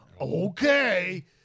Okay